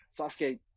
Sasuke